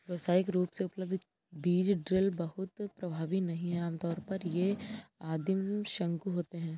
व्यावसायिक रूप से उपलब्ध बीज ड्रिल बहुत प्रभावी नहीं हैं आमतौर पर ये आदिम शंकु होते हैं